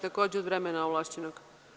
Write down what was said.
Takođe od vremena ovlašćenog.